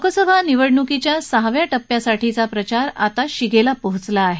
लोकसभा निवडणुकीच्या सहाव्या टप्प्यासाठीचा प्रचार आता शिगेला पोचला आहे